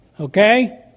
Okay